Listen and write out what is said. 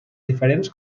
diferents